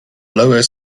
lower